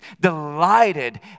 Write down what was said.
delighted